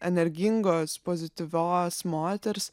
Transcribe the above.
energingos pozityvios moters